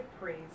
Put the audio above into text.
praise